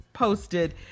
Posted